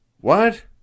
What